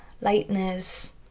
lightness